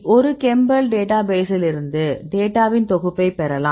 ஒரு chembl டேட்டாபேஸிலிருந்து டேட்டாவின் தொகுப்பை பெறலாம்